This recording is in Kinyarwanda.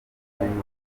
kaminuza